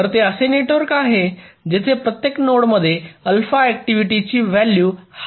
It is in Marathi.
तर ते असे नेटवर्क आहे जेथे प्रत्येक नोडमध्ये अल्फा ऍक्टिव्हिटी ची व्हॅलू हाय असते